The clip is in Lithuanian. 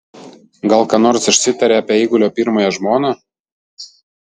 gal ką nors išsitarė apie eigulio pirmąją žmoną